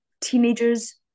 teenagers